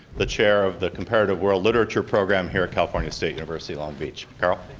the chair of the comparative world literature program here at california state university long beach. carl.